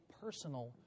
personal